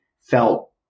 felt